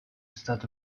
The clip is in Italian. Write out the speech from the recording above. stato